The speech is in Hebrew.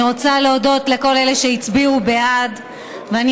אני רוצה להודות לכל אלה שהצביעו בעד ואני